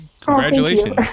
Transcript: congratulations